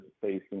facing